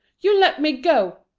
you let me go.